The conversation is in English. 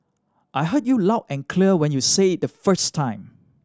I heard you loud and clear when you said it the first time